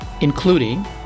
including